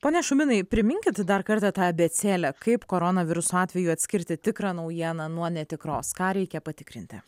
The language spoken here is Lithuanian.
pone šuminai priminkit dar kartą tą abėcėlę kaip koronaviruso atveju atskirti tikrą naujieną nuo netikros ką reikia patikrinti